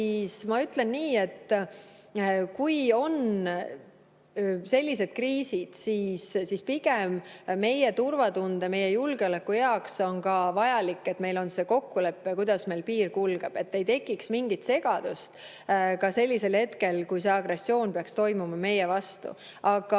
Ma ütlen nii, et kui on sellised kriisid, siis pigem on meie turvatunde ja meie julgeoleku heaks vajalik, et meil on kokkulepe, kuidas meil piir kulgeb, et ei tekiks mingit segadust ka sellisel hetkel, kui peaks toimuma agressioon meie vastu. Aga